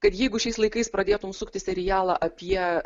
kad jeigu šiais laikais pradėtum sukti serialą apie